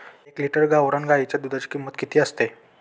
एक लिटर गावरान गाईच्या दुधाची किंमत किती असते?